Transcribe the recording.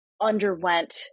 underwent